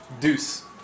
Deuce